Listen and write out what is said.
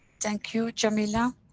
thank you jamila.